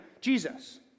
Jesus